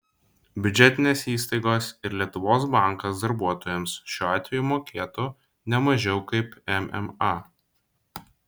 biudžetinės įstaigos ir lietuvos bankas darbuotojams šiuo atveju mokėtų ne mažiau kaip mma